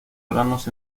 granos